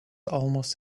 almost